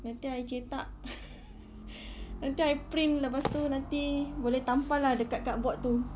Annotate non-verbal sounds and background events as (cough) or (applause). nanti I cetak (noise) nanti I print lepas tu nanti boleh tampal lah dekat cardboard itu